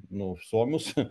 nu už suomius